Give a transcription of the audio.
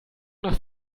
nach